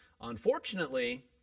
Unfortunately